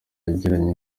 yagiranye